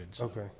Okay